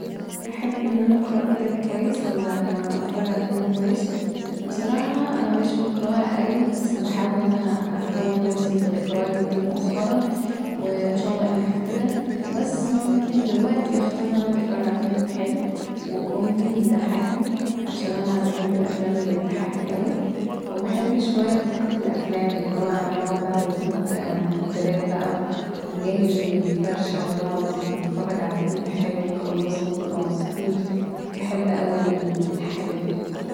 أحب ان انا اقرأ كتاب كويس ولا اتفرج علي فيلم كويس بصراحه انا مليش في القراءة اوي بس بحاول ان انا أطور نفسي في القراءة جدا مؤخرا وان شاء الله انجح في كدا بس ممكن دلوقتي اختار ان انا اتفرج علي فيلم حلو وكوميدي ويضحكني عشان انا بحب الأفلام اللي بتضحكني اوي وبحب شوية طاقة الأفلام اللي هو نقعد بقي ونجيب مقبلات بقي ونجهز الفرشه ونقعد نتفرج علي فيلم حلو ونخلصه ونبقي مبسوطين بحب اوي الحالة دي